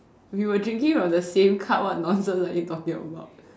we were drinking from the same cup what nonsense are you talking about